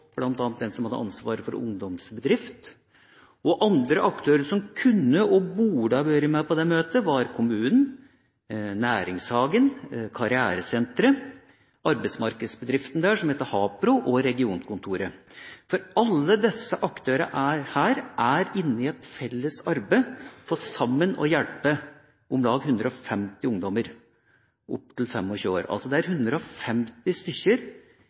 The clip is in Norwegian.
bl.a. den som hadde ansvaret for ungdomsbedrifter. Andre aktører som kunne, og burde, vært med på det møtet, var kommunen, næringshagen, karrieresenteret, arbeidsmarkedsbedriften Hapro og regionkontoret, for alle disse aktørene er inne i et felles arbeid for å hjelpe om lag 150 ungdommer opp til 25 år. Det er altså 150 stykker